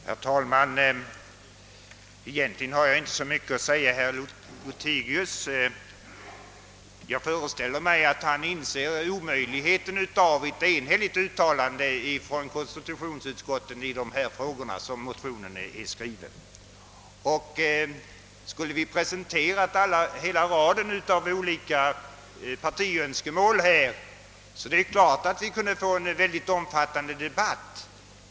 Herr talman! Egentligen har jag inte så mycket att säga herr Lothigius. Jag föreställer mig att han inser det omöjliga i att få ett enhälligt utlåtande från konstitutionsutskottet i dessa frågor. Skulle vi presentera hela raden av partiönskemål, kunde vi naturligtvis få en mycket omfattande debatt.